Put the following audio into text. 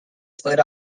split